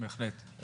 בהחלט.